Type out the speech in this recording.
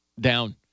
Down